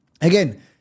again